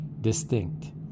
distinct